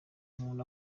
umuntu